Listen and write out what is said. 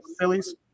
Phillies